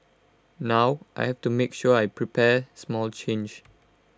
now I have to make sure I prepare small change